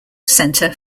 center